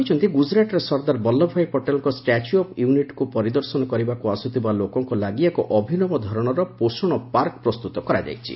ଶ୍ରୀ ମୋଦି କହିଛନ୍ତି ଗୁଜୁରାଟ୍ରେ ସର୍ଦ୍ଦାର ବଲ୍ଲଭଭାଇ ପଟେଲ୍ଙ୍କର ଷ୍ଟାଚ୍ୟୁ ଅଫ୍ ୟୁନିଟ୍କୁ ପରିଦର୍ଶନ କରିବାକୁ ଆସୁଥିବା ଲୋକଙ୍କ ଲାଗି ଏକ ଅଭିନବ ଧରଣର ପୋଷଣ ପାର୍କ ପ୍ରସ୍ତୁତ କରାଯାଇଛି